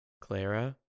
clara